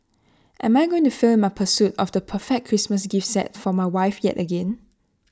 am I going to fail my pursuit of the perfect Christmas gift set for my wife yet again